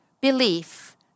belief